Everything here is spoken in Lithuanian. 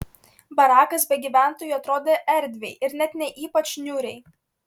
barakas be gyventojų atrodė erdviai ir net ne ypač niūriai